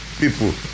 people